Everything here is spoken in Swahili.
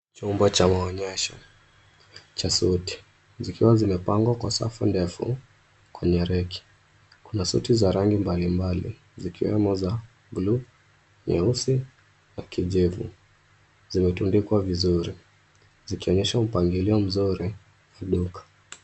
Chumba cha maonyesho cha suti zikiwa zimepangwa kwa safu ndefu kwenye reki. Kuna suti za rangi mbalimbali zikiwemo za buluu, nyeusi na kijivu zimetundikwa vizuri zikionyesha mpangilio mzuri wa duka.